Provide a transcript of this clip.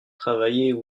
travailler